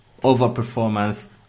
overperformance